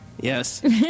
Yes